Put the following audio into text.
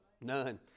None